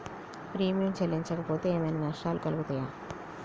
Premium చెల్లించకపోతే ఏమైనా నష్టాలు కలుగుతయా?